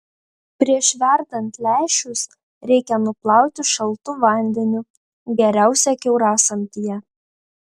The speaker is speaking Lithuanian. prieš verdant lęšius reikia nuplauti šaltu vandeniu geriausia kiaurasamtyje